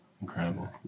Incredible